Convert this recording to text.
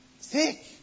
thick